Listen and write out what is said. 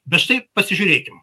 bet štai pasižiūrėkim